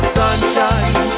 sunshine